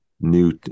new